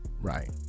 right